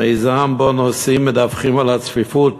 מיזם שבו נוסעים מדווחים על הצפיפות,